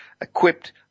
equipped